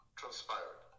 transpired